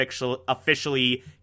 officially